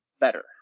better